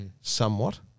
somewhat